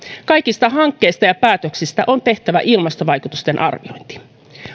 kaikista hankkeista ja päätöksistä on tehtävä ilmastovaikutusten arviointi